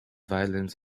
violence